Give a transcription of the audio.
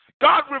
God